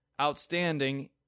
outstanding